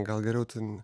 gal geriau ten